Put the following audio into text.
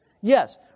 Yes